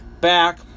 back